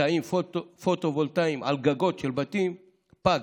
תאים פוטו-וולטאיים על גגות של בתים פג